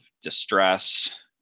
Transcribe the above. distress